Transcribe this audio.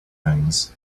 things